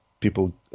people